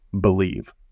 believe